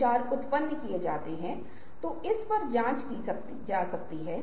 यह एक कक्षा है मैं कक्षाएं लेता हूं कक्षाओं में यह वही होता है जो सामान्य होता है